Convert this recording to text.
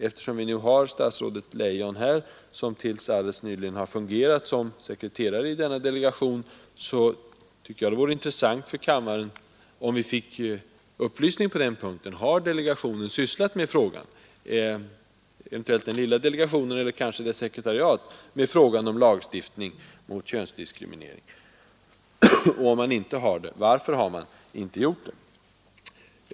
Eftersom nu statsrådet Leijon, som tills helt nyligen har fungerat som sekreterare i denna delegation, är närvarande i kammaren, bör vi kunna få en upplysning på den punkten: Har delegationen — eller eventuellt den lilla delegationen eller dess sekretariat — sysslat med frågan om lagstiftning mot könsdiskriminering? Om så inte är fallet: Varför har man inte gjort det?